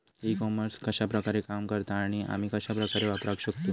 E commerce कश्या प्रकारे काम करता आणि आमी कश्या प्रकारे वापराक शकतू?